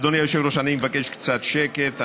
אדוני היושב-ראש, אני מבקש קצת שקט.